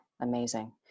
amazing